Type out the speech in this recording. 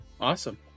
Awesome